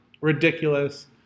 Ridiculous